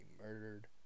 murdered